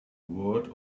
word